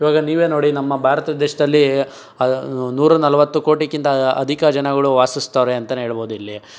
ಇವಾಗ ನೀವೇ ನೋಡಿ ನಮ್ಮ ಭಾರತ ದೇಶದಲ್ಲಿ ನೂರ ನಲವತ್ತು ಕೋಟಿಗಿಂತ ಅಧಿಕ ಜನಗಳು ವಾಸಿಸ್ತವ್ರೆ ಅಂತಲೇ ಹೇಳಬಹುದು ಇಲ್ಲಿ